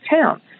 town